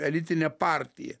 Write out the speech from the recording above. elitinė partija